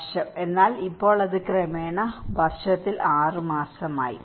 വർഷം എന്നാൽ ഇപ്പോൾ അത് ക്രമേണ ഒരു വർഷത്തിൽ 6 മാസം ആയി